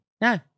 No